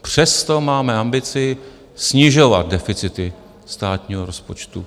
Přesto máme ambici snižovat deficity státního rozpočtu.